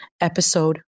Episode